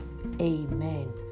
Amen